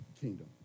kingdom